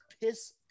piss